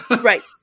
Right